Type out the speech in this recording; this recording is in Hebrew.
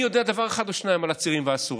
אני יודע דבר אחד או שניים על עצירים ואסורים,